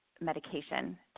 medication